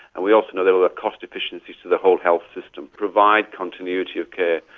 and we also know they will have cost efficiencies to the whole health system provide continuity of care,